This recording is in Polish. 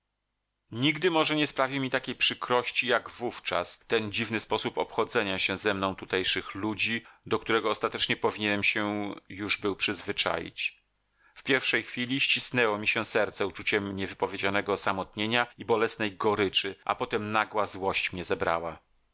nigdy może nie sprawił mi takiej przykrości jak wówczas ten dziwny sposób obchodzenia się ze mną tutejszych ludzi do którego ostatecznie powinienem się już był przyzwyczaić w pierwszej chwili ścisnęło mi się serce uczuciem niewypowiedzianego osamotnienia i bolesnej goryczy a potem nagła złość mnie zebrała